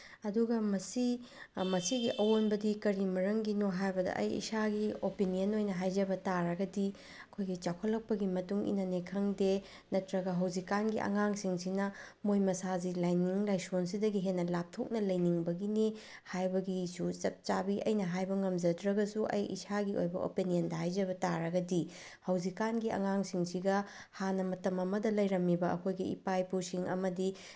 ꯑꯗꯨꯒ ꯃꯁꯤ ꯃꯁꯤꯒꯤ ꯑꯋꯣꯟꯕꯗꯤ ꯀꯔꯤ ꯃꯔꯝꯒꯤꯅꯣ ꯍꯥꯏꯕꯗ ꯑꯩ ꯏꯁꯥꯒꯤ ꯑꯣꯄꯤꯅꯤꯌꯟ ꯑꯣꯏꯅ ꯍꯥꯏꯖꯕ ꯇꯥꯔꯒꯗꯤ ꯑꯩꯈꯣꯏꯒꯤ ꯆꯥꯎꯈꯠꯂꯛꯄꯒꯤ ꯃꯇꯨꯡ ꯏꯟꯅꯅꯤ ꯈꯪꯗꯦ ꯅꯠꯇ꯭ꯔꯒ ꯍꯧꯖꯤꯛꯀꯥꯟꯒꯤ ꯑꯉꯥꯡꯁꯤꯡꯁꯤꯅ ꯃꯣꯏ ꯃꯁꯥꯁꯦ ꯂꯥꯏꯅꯤꯡ ꯂꯥꯏꯁꯣꯟꯁꯤꯗꯒꯤ ꯍꯦꯟꯅ ꯂꯥꯞꯊꯣꯛꯅ ꯂꯩꯅꯤꯡꯕꯒꯤꯅꯤ ꯍꯥꯏꯕꯒꯤꯁꯨ ꯆꯞ ꯆꯥꯕꯤ ꯑꯩꯅ ꯍꯥꯏꯕ ꯉꯝꯖꯗ꯭ꯔꯒꯁꯨ ꯑꯩ ꯏꯁꯥꯒꯤ ꯑꯣꯏꯕ ꯑꯣꯄꯤꯅꯤꯌꯟꯗ ꯍꯥꯏꯖꯕ ꯇꯥꯔꯒꯗꯤ ꯍꯧꯖꯤꯛꯀꯥꯟꯒꯤ ꯑꯉꯥꯡꯁꯤꯡꯁꯤꯒ ꯍꯥꯟꯅ ꯃꯇꯝ ꯑꯃꯗ ꯂꯩꯔꯝꯃꯤꯕ ꯑꯩꯈꯣꯏꯒꯤ ꯏꯄꯥ ꯏꯄꯨꯁꯤꯡ ꯑꯃꯗꯤ